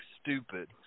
stupid